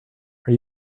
are